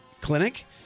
Clinic